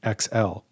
XL